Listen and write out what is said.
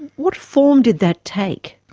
what form did that take?